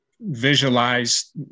visualize